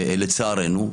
לצערנו,